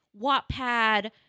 Wattpad